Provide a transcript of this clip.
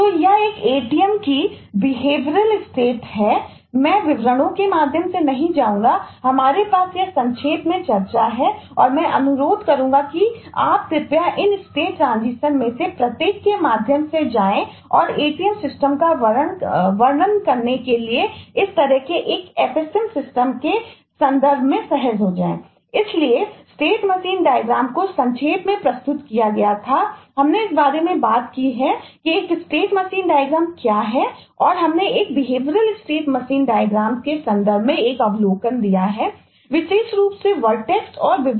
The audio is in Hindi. तो यह एक ATM की बिहेवियरल स्टेट का वर्णन करने के लिए इस तरह के एक fsm सिस्टम संदर्भ में सहज हो जाएं